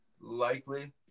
Likely